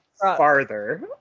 farther